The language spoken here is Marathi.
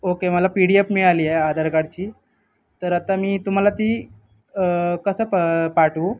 ओके मला पी डी एफ मिळाली आहे आधार कार्डची तर आता मी तुम्हाला ती कसं पाठवू